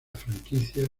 franquicia